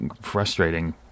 frustrating